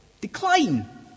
decline